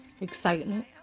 excitement